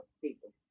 people